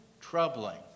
troubling